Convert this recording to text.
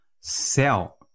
sell